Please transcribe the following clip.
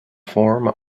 forum